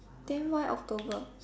then why October